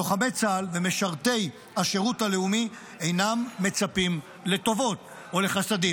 לוחמי צה"ל ומשרתי השירות הלאומי אינם מצפים לטובות או לחסדים,